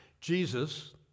Jesus